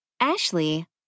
Ashley